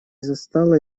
застала